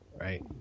right